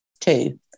Two